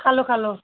খালোঁ খালোঁ